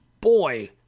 Boy